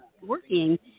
working